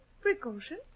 Precaution